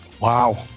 Wow